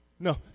No